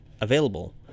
available